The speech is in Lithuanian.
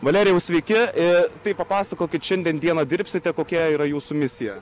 valerijau sveiki tai papasakokit šiandien dieną dirbsite kokia yra jūsų misija